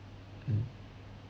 mm